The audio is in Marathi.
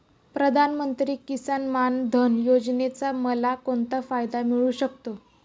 प्रधानमंत्री किसान मान धन योजनेचा मला कोणता फायदा मिळू शकतो?